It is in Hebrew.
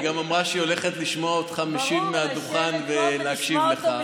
היא גם אמרה שהיא הולכת לשמוע אותך משיב מהדוכן ולהקשיב לך.